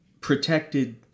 protected